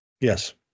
Yes